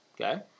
okay